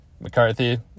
McCarthy